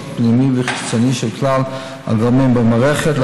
פנימי וחיצוני של כלל הגורמים במערכת.